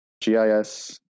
GIS